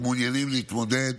אשר מעוניינים להתמודד,